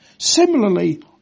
Similarly